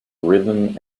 rhythm